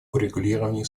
урегулировании